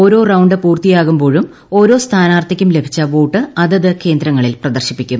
ഓരോ റൌണ്ട് പൂർത്തിയാകുമ്പോഴും ഓരോ സ്ഥാനാർത്ഥിക്കും ലഭിച്ച വോട്ട് അതത് കേന്ദ്രങ്ങളിൽ പ്രദർശിപ്പിക്കും